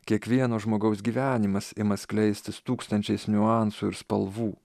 kiekvieno žmogaus gyvenimas ima skleistis tūkstančiais niuansų ir spalvų